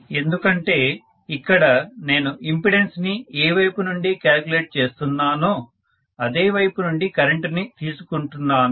ఎందుకంటే ఇక్కడ నేను ఇంపెడెన్స్ ని ఏ వైపు నుండి క్యాలీక్యూలేట్ చేస్తున్నానో అదే వైపు నుండి కరెంటుని తీసుకుంటున్నాను